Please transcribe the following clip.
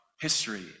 history